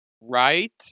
Right